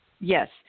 Yes